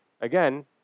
again